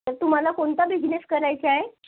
तुम्हाला कोणता बिझनेस करायचा आहे